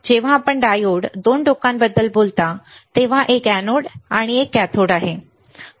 जेव्हा आपण डायोड दोन टोकांबद्दल बोलता तेव्हा एक एनोड एक कॅथोड आहे ठीक आहे